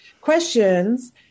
questions